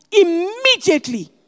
immediately